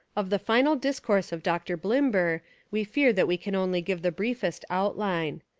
of the final discourse of dr. bllmber we fear that we can only give the briefest outline.